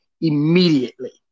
Immediately